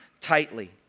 tightly